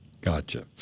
Gotcha